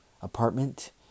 apartment